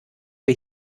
wir